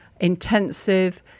intensive